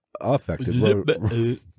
affected